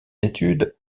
études